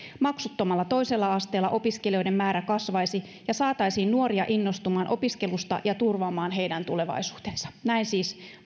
maksuttomalla toisella asteella opiskelijoiden määrä kasvaisi ja saataisiin nuoria innostumaan opiskelusta ja turvaamaan heidän tulevaisuutensa näin siis